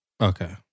Okay